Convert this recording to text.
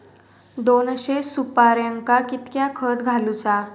दोनशे सुपार्यांका कितक्या खत घालूचा?